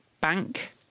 bank